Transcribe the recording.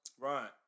Right